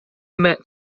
met